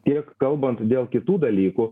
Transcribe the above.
tiek kalbant dėl kitų dalykų